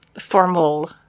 formal